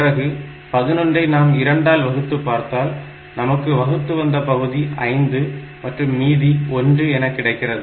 பிறகு 11 ஐ நாம் 2 ஆல் வகுத்து பார்த்தால் நமக்கு வகுத்து வந்த பகுதி 5 மற்றும் மீதி 1 என கிடைக்கிறது